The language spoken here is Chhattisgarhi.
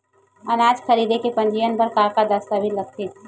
अनाज खरीदे के पंजीयन बर का का दस्तावेज लगथे?